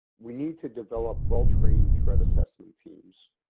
we need to develop well trained threat assessment teams.